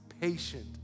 patient